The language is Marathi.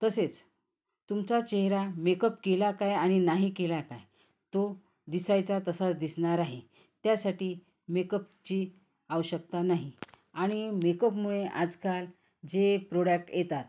तसेच तुमचा चेहरा मेकअप केला काय आणि नाही केला काय तो दिसायचा तसाच दिसणार आहे त्यासाठी मेकअपची आवश्यकता नाही आणि मेकअपमुळे आजकाल जे प्रोडक्ट येतात